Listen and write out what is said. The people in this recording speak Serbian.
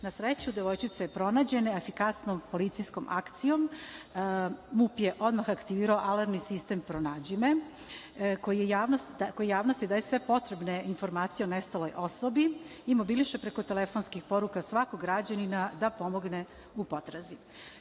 sreću, devojčica je pronađena efikasnom policijskom akcijom. MUP je odmah aktivirao alarmni sistem „Pronađi me“, koji javnosti daje sve potrebne informacije o nestaloj osobi i mobiliše preko telefonskih poruka svakog građanina da pomogne u